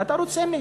מה אתה רוצה מהן?